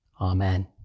Amen